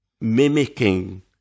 mimicking